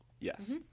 Yes